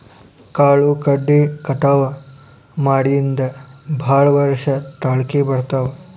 ಕಾಳು ಕಡಿ ಕಟಾವ ಮಾಡಿಂದ ಭಾಳ ವರ್ಷ ತಾಳಕಿ ಬರ್ತಾವ